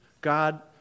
God